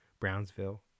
Brownsville